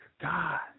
God